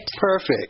Perfect